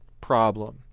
problem